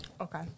Okay